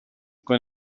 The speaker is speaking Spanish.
con